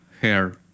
hair